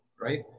right